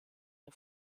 der